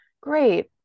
Great